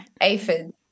Aphid